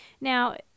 Now